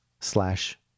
slash